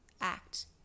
act